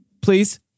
please